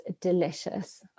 delicious